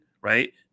right